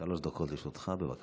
וכל ספר בראשית אנחנו רואים שכמעט כל